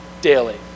daily